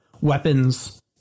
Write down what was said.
weapons